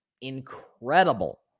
incredible